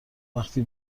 وقتی